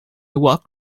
walked